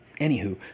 Anywho